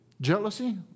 Jealousy